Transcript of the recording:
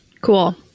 Cool